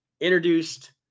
introduced